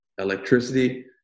electricity